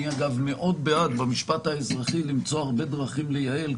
אגב אני מאוד בעד במשפט האזרחי למצוא הרבה דרכים לייעל,